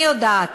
אני יודעת